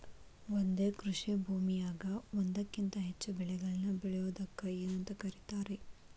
ಒಂದೇ ಕೃಷಿ ಭೂಮಿಯಾಗ ಒಂದಕ್ಕಿಂತ ಹೆಚ್ಚು ಬೆಳೆಗಳನ್ನ ಬೆಳೆಯುವುದಕ್ಕ ಏನಂತ ಕರಿತಾರಿ?